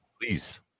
Please